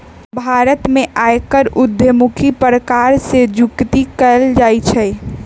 भारत में आयकर उद्धमुखी प्रकार से जुकती कयल जाइ छइ